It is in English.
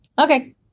Okay